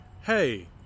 hey